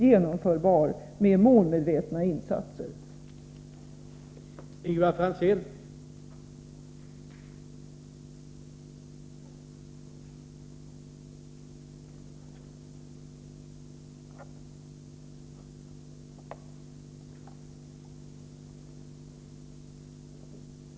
Det är med målmedvetna insatser praktiskt fullt genomförbart.